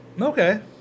Okay